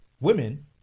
Women